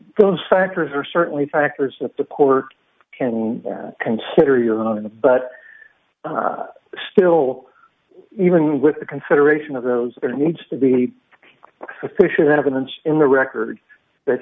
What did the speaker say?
those factors are certainly factors that the court can consider your own but still even with the consideration of those there needs to be sufficient evidence in the record that